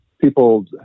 people